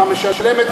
אתה משלם,